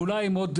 ואולי עם עוד,